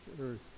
earth